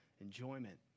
enjoyment